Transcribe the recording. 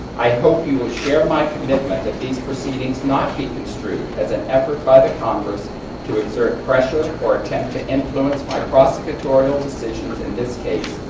i hope you will share my commitment that these proceedings not be construed as an effort by the congress to exert pressure or attempt to influence my prosecutorial decisions in this case,